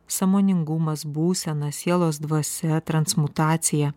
sąmoningumas būsena sielos dvasia transmutacija